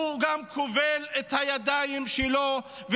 הוא גם כובל את הידיים שלו,